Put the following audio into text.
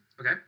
Okay